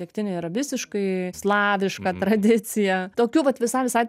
degtinė yra visiškai slaviška tradicija tokių vat visai visai